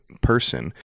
person